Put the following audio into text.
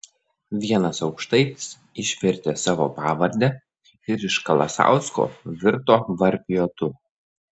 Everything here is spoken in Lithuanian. vienas aukštaitis išvertė savo pavardę ir iš kalasausko virto varpiotu